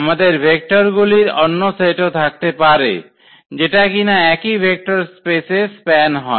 আমাদের ভেক্টরগুলির অন্য সেটও থাকতে পারে যেটা কিনা একই ভেক্টর স্পেসে স্প্যান হয়